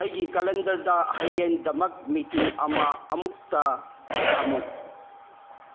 ꯑꯩꯒꯤ ꯀꯦꯂꯦꯟꯗꯔꯗ ꯍꯌꯦꯡꯒꯤꯗꯃꯛ ꯃꯤꯇꯤꯡ ꯑꯃ ꯑꯃꯨꯛꯇ ꯊꯝꯃꯨ